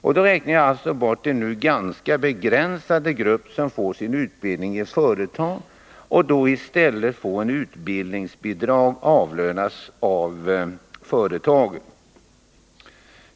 Jag räknar alltså bort den nu ganska begränsade grupp som får sin utbildning i företag och då i stället för att få utbildningsbidrag avlönas av företag.